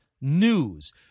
news